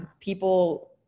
people